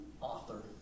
author